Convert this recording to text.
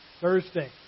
Thursday